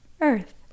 earth